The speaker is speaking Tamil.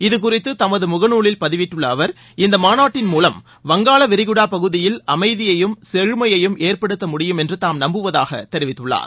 இதுகுறித்து தமது முகநூலில் பதிவிட்டுள்ள அவர் இந்த மாநாட்டின் மூலம் வங்காள விரிகுடா பகுதியில் அமைதியையும் செழுமையையும் ஏற்படுத்த முடியும் என்று தாம் நம்புவதாக தெரிவித்துள்ளார்